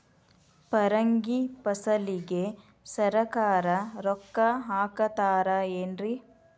ಪರಂಗಿ ಫಸಲಿಗೆ ಸರಕಾರ ರೊಕ್ಕ ಹಾಕತಾರ ಏನ್ರಿ?